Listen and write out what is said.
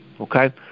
Okay